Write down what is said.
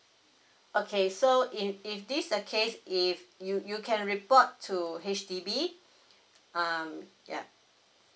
okay so if if this the case if you you can report to H_D_B um yeah